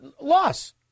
loss